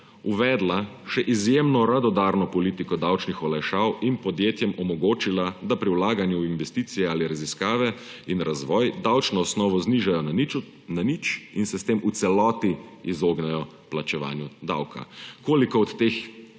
uvedla še izjemno radodarno politiko davčnih olajšav in podjetjem omogočila, da pri vlaganju v investicije ali raziskave in razvoj davčne osnovno znižajo na nič in se s tem v celoti izognejo plačevanju davka. Koliko od teh